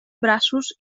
braços